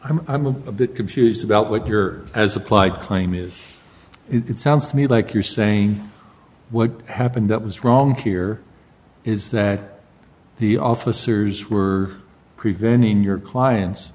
i'm i'm a bit confused about what your as applied claim is it sounds to me like you're saying what happened that was wrong here is that the officers were preventing your clients